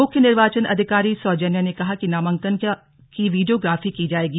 मुख्य निर्वाचन अधिकारी सौजन्या ने कहा कि नामांकन की वीडियो ग्राफी की जायेगी